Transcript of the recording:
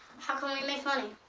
how can we make money?